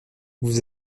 vous